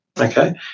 okay